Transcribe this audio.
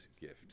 gift